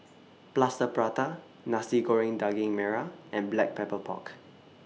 Plaster Prata Nasi Goreng Daging Merah and Black Pepper Pork